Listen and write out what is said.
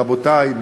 רבותי,